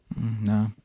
No